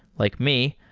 like me,